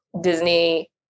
Disney